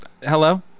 Hello